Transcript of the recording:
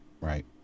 Right